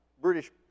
British